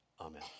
amen